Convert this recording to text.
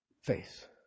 face